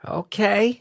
okay